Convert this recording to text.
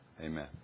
Amen